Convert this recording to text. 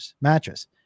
mattress